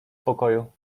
pokoju